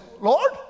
Lord